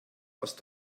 hast